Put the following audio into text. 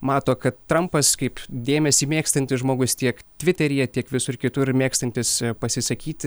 mato kad trampas kaip dėmesį mėgstantis žmogus tiek tviteryje tiek visur kitur mėgstantis pasisakyti